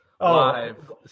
live